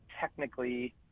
technically